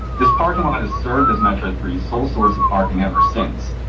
this parking lot is served as metro three sole source of parking ever since.